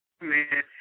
man